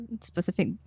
specific